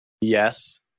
Yes